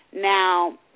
Now